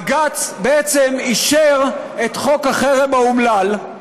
בג"ץ בעצם אישר את חוק החרם האומלל,